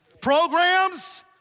Programs